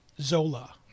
Zola